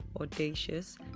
audacious